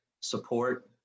support